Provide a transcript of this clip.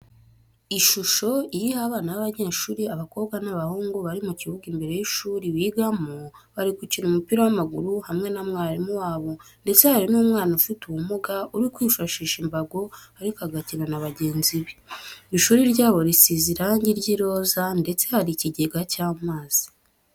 Ishusho iriho abana b'abanyeshuri, abakobwa n'abahungu, bari mu kibuga imbere y'ishuri bigamo, bari gukina umupira w'amaguru hamwe na mwarimu wabo ndeste hari n'umwana ufite ubumuga uri kwifashisha imbago ariko agakina na bagenzi be. Ishuri ryabo risize irangi ry'iroza ndetse hari ikigega cy'amazi.